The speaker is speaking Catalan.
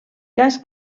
cas